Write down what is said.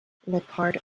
leppard